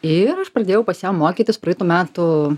ir aš pradėjau pas ją mokytis praeitų metų